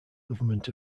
government